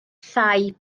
thai